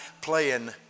playing